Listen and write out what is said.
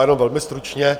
Jenom velmi stručně.